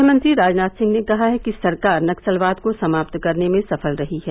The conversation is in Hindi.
गृहमंत्री राजनाथ सिंह ने कहा है कि सरकार नक्सलवाद को समाप्त करने में सफल रही है